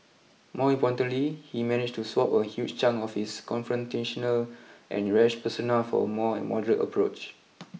more importantly he managed to swap a huge chunk of his confrontational and rash persona for a more moderate approach